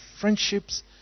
friendships